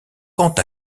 quant